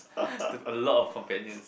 to a lot of companions